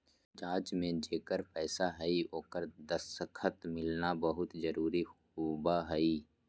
जाँच में जेकर पैसा हइ ओकर दस्खत मिलना बहुत जरूरी होबो हइ